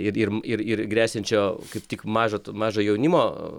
ir ir ir ir gresiančio kaip tik maža ta maža jaunimo